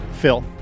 Phil